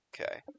Okay